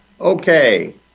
Okay